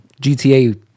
GTA